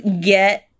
get